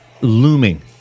looming